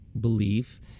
belief